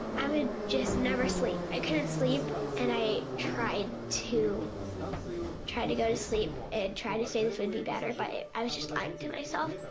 i would just never sleep, i couldn't sleep and i tried to try to go to sleep and try to say this would be better but i was just lying to myself.